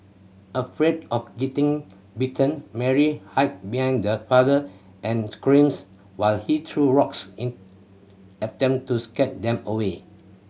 afraid of getting bitten Mary behind father and screams while he threw rocks in attempt to scare them away